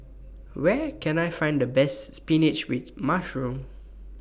Where Can I Find The Best Spinach with Mushroom